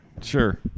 sure